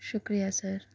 شکریہ سر